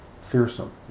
fearsome